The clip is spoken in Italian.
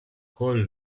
col